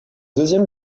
deuxième